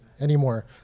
anymore